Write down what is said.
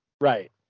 right